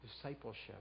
discipleship